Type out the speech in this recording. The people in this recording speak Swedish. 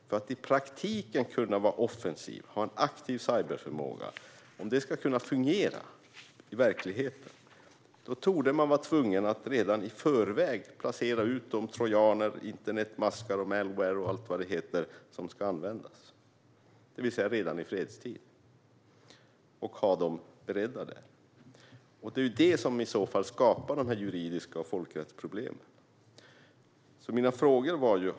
För att i praktiken kunna vara offensiv, ha en aktiv cyberförmåga som fungerar i verkligheten, torde man vara tvungen att redan i förväg placera ut de trojaner, internetmaskar, malware och allt vad det heter som ska användas, det vill säga redan i fredstid. Detta skapar de juridiska problemen och folkrättsproblemen.